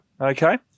Okay